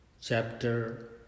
Chapter